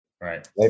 right